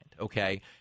okay